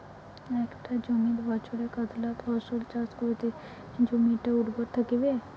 একটা জমিত বছরে কতলা ফসল চাষ করিলে জমিটা উর্বর থাকিবে?